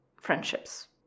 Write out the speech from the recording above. Friendships